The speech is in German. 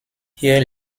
hier